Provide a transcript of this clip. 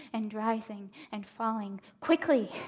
and rising, and falling. quickly.